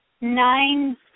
nine